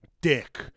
dick